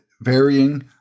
varying